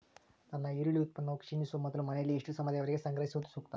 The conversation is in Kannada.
ನನ್ನ ಈರುಳ್ಳಿ ಉತ್ಪನ್ನವು ಕ್ಷೇಣಿಸುವ ಮೊದಲು ಮನೆಯಲ್ಲಿ ಎಷ್ಟು ಸಮಯದವರೆಗೆ ಸಂಗ್ರಹಿಸುವುದು ಸೂಕ್ತ?